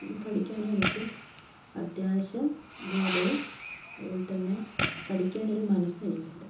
പഠിക്കാനും എനിക്ക് അത്യാവശ്യം ബോധവും അതുപോലെത്തന്നെ പഠിക്കാനൊരു മനസും എനിക്കുണ്ട്